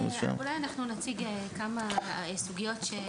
אולי אנחנו נציג כמה סוגיות.